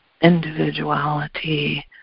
individuality